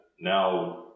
Now